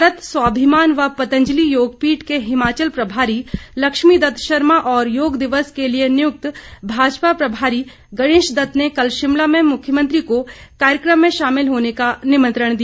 भारत स्वाभिमान व पतंजली योगपीठ के हिमाचल प्रभारी लक्ष्मी दत्त शर्मा और योग दिवस के लिए नियुक्त भाजपा प्रभारी गणेश दत्त ने कल शिमला में मुख्यमंत्री को कार्यक्रम में शामिल होने का निमंत्रण दिया